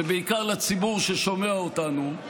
ובעיקר לציבור ששומע אותנו,